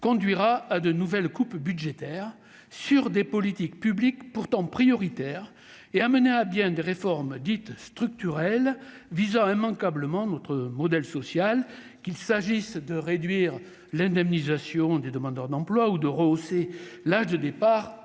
conduira à de nouvelles coupes budgétaires sur des politiques publiques pourtant prioritaires et à mener à bien des réformes dites structurelles visant immanquablement notre modèle social, qu'il s'agisse de réduire l'indemnisation des demandeurs d'emploi ou de rehausser l'âge de départ